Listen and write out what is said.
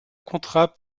contrat